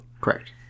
Correct